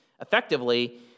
effectively